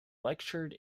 lectured